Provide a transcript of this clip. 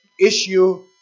issue